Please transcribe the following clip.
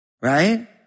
Right